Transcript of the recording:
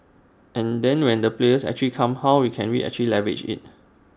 and then when the players actually come how we can we actually leverage IT